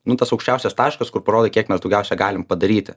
nu tas aukščiausias taškas kur parodai kiek mes daugiausia galim padaryti